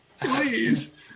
please